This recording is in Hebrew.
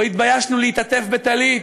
לא התביישנו להתעטף בטלית.